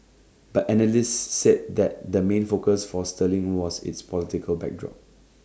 but analysts said that the main focus for sterling was its political backdrop